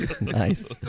Nice